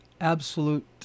absolute